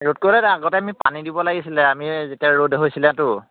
ৰোধ কৰিব লাগে আগতে আমি পানী দিব লাগিছিলে আমি যেতিয়া ৰ'দ হৈছিলেটো